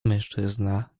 mężczyzna